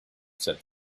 said